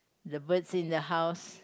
the bird in the house